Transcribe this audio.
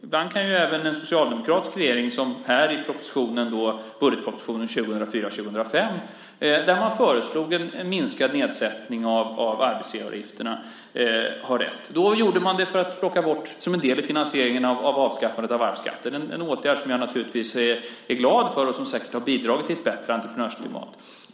Ibland kan även en socialdemokratisk regering, som här i budgetpropositionen 2004/05 där man föreslog en minskad nedsättning av arbetsgivaravgifterna, ha rätt. Då gjorde man det som en del i finansieringen av avskaffandet av arvsskatten. Det är en åtgärd som jag naturligtvis är glad för och som säkert har bidragit till ett bättre entreprenörsklimat.